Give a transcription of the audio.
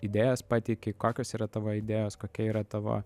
idėjas pateiki kokios yra tavo idėjos kokia yra tavo